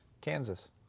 kansas